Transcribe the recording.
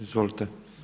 Izvolite.